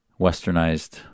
westernized